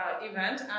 event